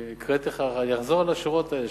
הקראתי לך ואני אחזור על השורות האלה.